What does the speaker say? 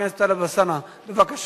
ראשון הדוברים, חבר הכנסת עפו אגבאריה, בבקשה.